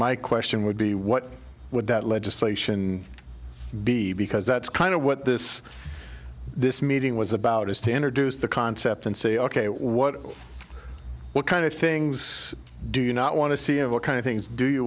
my question would be what would that legislation be because that's kind of what this this meeting was about is to introduce the concept and say ok what what kind of things do you not want to see and what kind of things do you